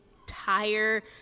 entire